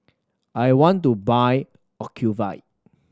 I want to buy Ocuvite